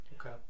Okay